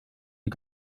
die